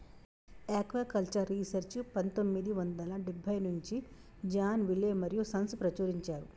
aquaculture research పందొమ్మిది వందల డెబ్బై నుంచి జాన్ విలే మరియూ సన్స్ ప్రచురించారు